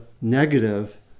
negative